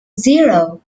zero